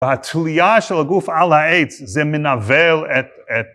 והתליה של הגוף על העץ זה מנבל את